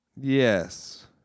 Yes